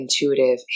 intuitive